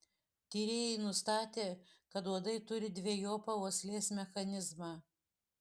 tyrėjai nustatė kad uodai turi dvejopą uoslės mechanizmą